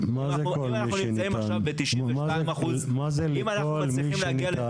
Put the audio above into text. אם אנחנו נמצאים עכשיו ב-92% --- מה זה "לכל מי שניתן"?